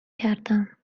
کردم